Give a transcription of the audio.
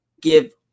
give